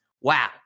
wow